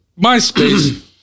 MySpace